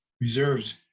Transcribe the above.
reserves